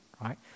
right